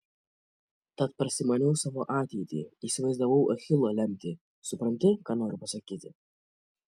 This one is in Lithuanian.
tad prasimaniau savo ateitį įsivaizdavau achilo lemtį supranti ką noriu pasakyti